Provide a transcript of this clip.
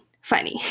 funny